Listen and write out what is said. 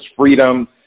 freedom